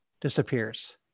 Disappears